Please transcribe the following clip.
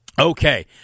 Okay